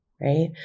right